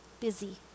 busy